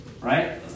right